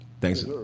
Thanks